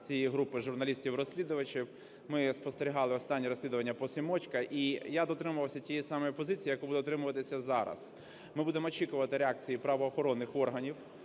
цієї групи журналістів-розслідувачів. Ми спостерігали останнє розслідування по Семочко, і я дотримувався тієї ж самої позиції, якої буду дотримуватись зараз. Ми будемо очікувати реакції правоохоронних органів,